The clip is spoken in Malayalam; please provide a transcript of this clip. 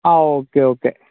ആ ഓക്കെ ഓക്കെ